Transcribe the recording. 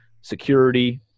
security